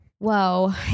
Whoa